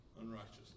unrighteousness